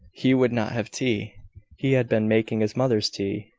he would not have tea he had been making his mother's tea,